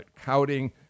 counting